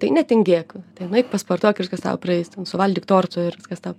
tai netingėk tai nueik pasportuok viskas tau praeis ten suvalgyk torto ir viskas tau